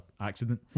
accident